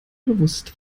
gewusst